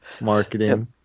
Marketing